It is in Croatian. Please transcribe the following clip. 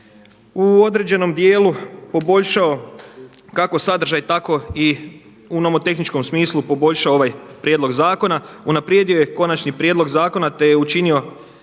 u određenom dijelu poboljšao kako sadržaj tako i u nomotehničkom smislu poboljšao ovaj prijedlog zakona, unaprijedio je konačni prijedlog zakona, te je učinio